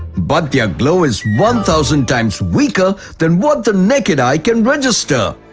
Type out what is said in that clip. but, their glow is one thousand times weaker than what the naked eye can register!